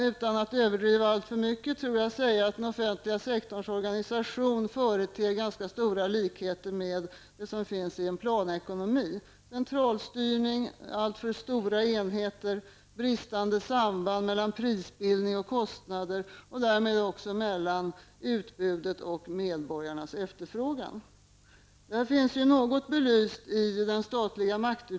Utan att överdriva alltför mycket tror jag att man kan säga att den offentliga sektorns organisation företer ganska stora likheter med den som finns i en planekonomi -- centralstyrning, alltför stora enheter, bristande samband mellan prisbildning och kostnader och därmed också mellan utbud och medborgarnas efterfrågan. Detta finns något belyst i den statliga maktutredningen.